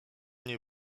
nie